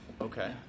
Okay